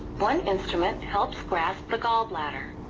blunt instrument helps grasp the gallbladder.